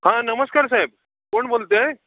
हां नमस्कार साहेब कोण बोलत आहे